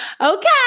okay